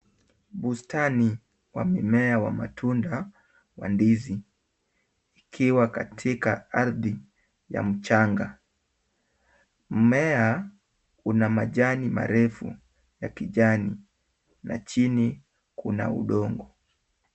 Bustani wa mimea wa matunda wa ndizi, ikiwa katika ardhi ya mchanga. Mmea una majani marefu ya kijani na chini kuna udongo.